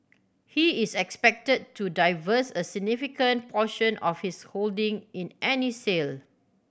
he is expected to divest a significant portion of his holding in any sale